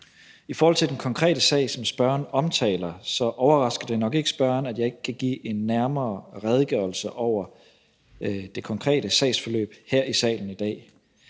I forhold til den konkrete sag, som spørgeren omtaler, så overrasker det nok ikke spørgeren, at jeg ikke her i salen i dag kan give en nærmere redegørelse for det konkrete sagsforløb. Men jeg